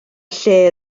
lle